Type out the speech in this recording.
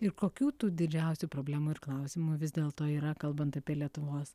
ir kokių tų didžiausių problemų ir klausimų vis dėlto yra kalbant apie lietuvos